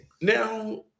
Now